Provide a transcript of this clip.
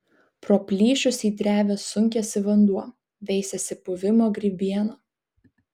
pro plyšius į drevę sunkiasi vanduo veisiasi puvimo grybiena